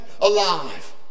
alive